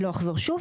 אני לא אחזור שוב,